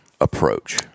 approach